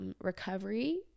recovery